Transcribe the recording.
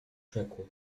rzekł